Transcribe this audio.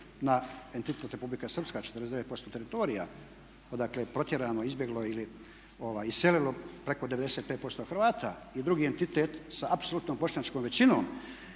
na entitet Republika Srpska 49% teritorija odakle je protjerano, izbjeglo ili iselilo preko 95% Hrvata i drugi entitet sa apsolutno Bošnjačkom većinom